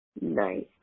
Nice